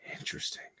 Interesting